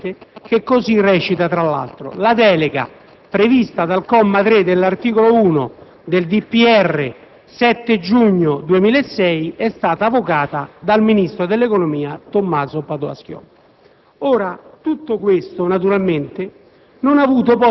il n. 53 del 1° giugno 2007, che così recita, tra l'altro: «La delega (comma 3 dell'art. 1 del DPR 7 giugno 2006) è stata avocata dal Ministro dell'economia, Tommaso Padoa-Schioppa».